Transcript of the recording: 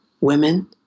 Women